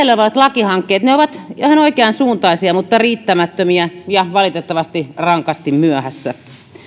olevat lakihankkeet ovat ihan oikeansuuntaisia mutta riittämättömiä ja valitettavasti rankasti myöhässä